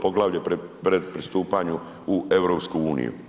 Poglavlje pred pristupanju u EU.